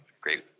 great